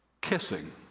kissing